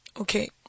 Okay